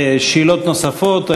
שאלות נוספות?